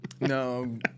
No